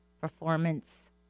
Performance